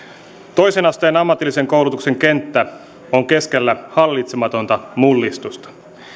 toisen asteen ammatillisen koulutuksen kenttä on keskellä hallitsematonta mullistusta